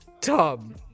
tub